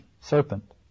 serpent